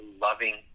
loving